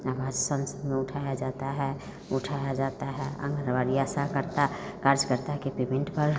आवाज संस में उठाया जाता है उठाया जाता है आंगनवाड़ी ऐसा करता काज करता कि पेमेंट पर